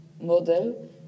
model